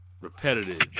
repetitive